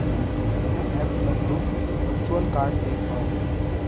अपने ऐप पर तुम वर्चुअल कार्ड देख पाओगे